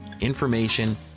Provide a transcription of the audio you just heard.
information